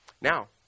Now